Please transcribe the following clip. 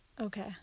okay